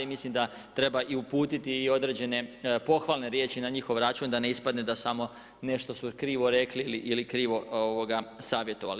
I mislim da treba i uputiti i određene pohvalne riječi na njihov račun da ne ispadne da samo nešto su krivo rekli ili krivo savjetovali.